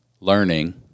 learning